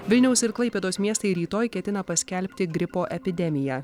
vilniaus ir klaipėdos miestai rytoj ketina paskelbti gripo epidemiją